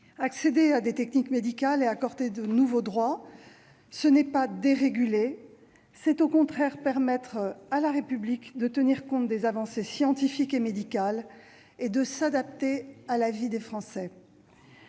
Accéder à des techniques médicales et accorder de nouveaux droits, ce n'est pas déréguler ; c'est au contraire permettre à la République de tenir compte des avancées scientifiques et médicales et de s'adapter à la vie des Français.